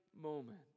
moment